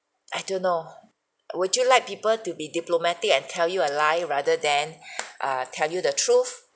I don't know would you like people to be diplomatic and tell you a lie rather than err tell you the truth